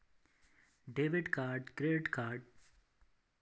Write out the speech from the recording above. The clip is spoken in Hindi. डेबिट या क्रेडिट कार्ड को हम एक दिन में अधिकतम कितनी बार प्रयोग कर सकते हैं?